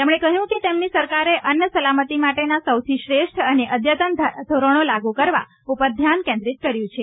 તેમણે કહ્યું કે તેમની સરકારે અન્ન સલામતી માટેના સૌથી શ્રેષ્ઠ અને અઘતન ધારાધોરણો લાગ્ કરવા ઉપર ધ્યાન કેન્દ્રીય કર્યું છે